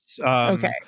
Okay